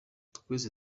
twese